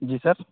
جی سر